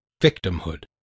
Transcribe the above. Victimhood